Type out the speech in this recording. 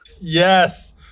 Yes